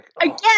Again